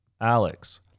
Alex